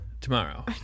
Tomorrow